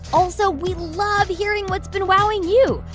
also, we love hearing what's been wowing you.